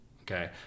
okay